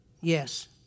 yes